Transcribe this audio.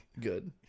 Good